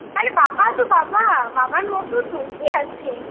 আরে বাবা তো বাবা বাবার মতো তো কি আছে